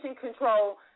control